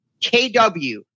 KW